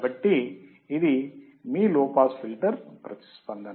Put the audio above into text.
కాబట్టి ఇది మీ లో పాస్ ఫిల్టర్ ప్రతిస్పందన